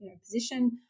position